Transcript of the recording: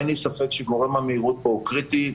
אין לי ספק שגורם המהירות פה הוא קריטי.